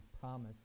promise